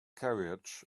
carriage